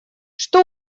что